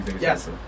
Yes